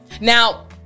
now